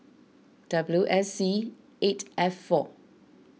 W S C eight F four